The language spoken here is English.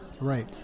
right